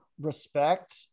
respect